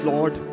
Lord